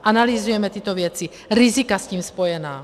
Analyzujeme tyto věci, rizika s tím spojená.